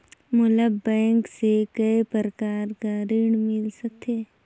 मोला बैंक से काय प्रकार कर ऋण मिल सकथे?